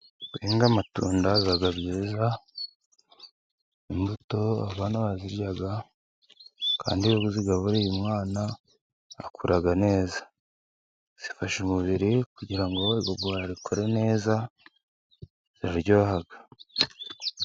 Guhinga amatunda biba byiza imbuto abana bazirya, kandi iyo ubuzigaburiye umwana akura neza . Zifasha umubiri kugira ngo igogora rikore neza ziraryoha .